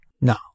no